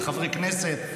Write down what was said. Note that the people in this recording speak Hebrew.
וחברי כנסת.